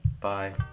Bye